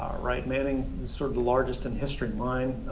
right? manning was sort of the largest in history. mine